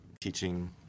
teaching